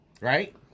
Right